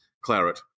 claret